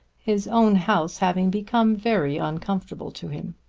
his own house having become very uncomfortable to him.